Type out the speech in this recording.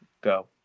Go